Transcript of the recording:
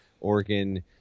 Oregon